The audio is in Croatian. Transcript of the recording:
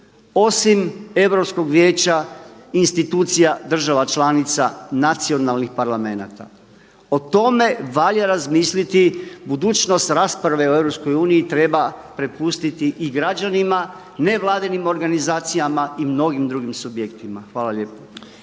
osim Europskog vijeća i institucija država članica nacionalnih parlamenta. O tome valja razmisliti, budućnost rasprave o EU treba prepustiti i građanima, nevladinim organizacijama i mnogim drugim subjektima. Hvala lijepa.